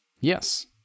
Yes